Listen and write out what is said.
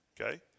okay